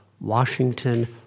Washington